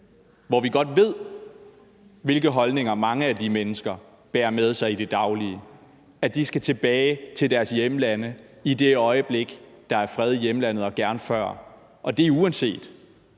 hvor vi godt ved, hvilke holdninger mange af de mennesker bærer med sig i det daglige, skal tilbage til deres hjemlande, i det øjeblik der er fred i hjemlandet, og gerne før. Og det er, uanset